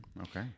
Okay